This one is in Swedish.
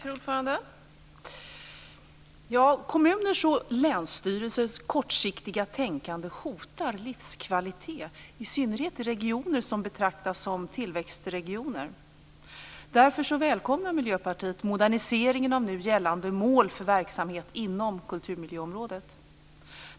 Fru talman! Kommuners och länsstyrelsers kortsiktiga tänkande hotar livskvalitet, i synnerhet i regioner som betraktas som tillväxtregioner. Därför välkomnar Miljöpartiet moderniseringen av nu gällande mål för verksamhet inom kulturmiljöområdet.